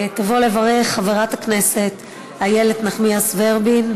תבוא לברך חברת הכנסת איילת נחמיאס ורבין.